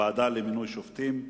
הוועדה לבחירת שופטים,